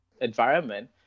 environment